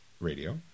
radio